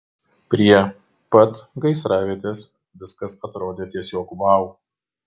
prie pat gaisravietės viskas atrodė tiesiog vau